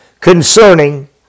concerning